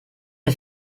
the